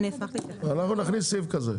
אנחנו נכניס סעיף כזה.